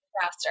faster